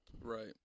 right